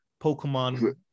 Pokemon